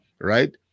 right